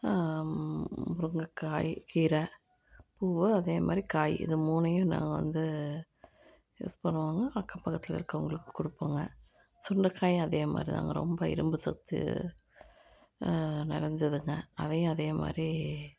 முருங்கக்காய் கீரை பூவு அதேமாதிரி காய் இது மூணையும் நாங்கள் வந்து யூஸ் பண்ணுவோங்க அக்கம் பக்கத்தில் இருக்கவங்களுக்கு கொடுப்போங்க சுண்டைக்காயும் அதேமாதிரிதாங்க ரொம்ப இரும்புசத்து நிறைஞ்சதுங்க அதையும் அதேமாதிரி